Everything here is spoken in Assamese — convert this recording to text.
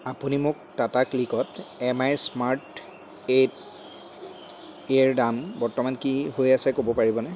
আপুনি মোক টাটা ক্লিকত এমআই স্মাৰ্ট এইট এ ৰ দাম বৰ্তমান কি হৈ আছে ক'ব পাৰিবনে